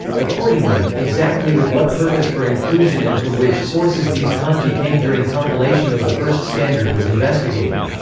accordingly, exactly with what purpose for inclusion and from which sources these kanji came during compilation of the first standard was investigated.